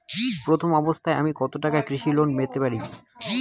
প্রথম অবস্থায় আমি কত টাকা কৃষি লোন পেতে পারি?